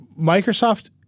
Microsoft